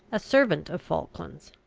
a servant of falkland's.